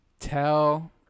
tell